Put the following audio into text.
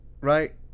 right